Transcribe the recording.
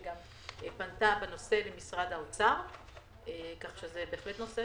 גם פנתה בנושא למשרד האוצר כך שזה בהחלט נושא